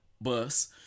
bus